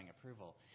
approval